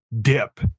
dip